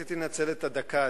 רציתי לנצל את הדקה,